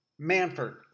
Manford